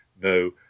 No